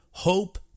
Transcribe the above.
hope